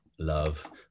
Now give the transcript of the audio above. love